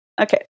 Okay